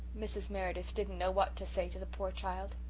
mrs. meredith didn't know what to say to the poor child.